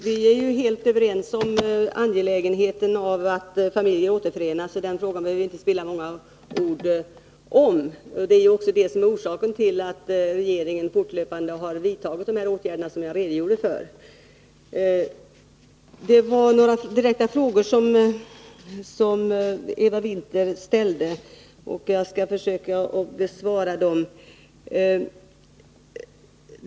Herr talman! Vi är helt överens om angelägenheten i att familjer återförenas, så den frågan behöver vi inte spilla många ord på. Det är också det som är orsaken till att regeringen fortlöpande har vidtagit de åtgärder som jag redogjorde för. Eva Winther ställde några direkta frågor, och jag skall försöka besvara dem.